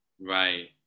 right